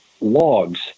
logs